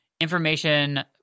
information